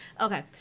Okay